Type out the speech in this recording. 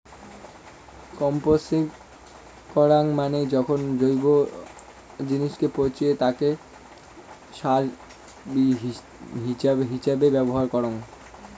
composting করাঙ মানে যখন জৈব জিনিসকে পচিয়ে তাকে সার হিছাবে ব্যবহার করঙ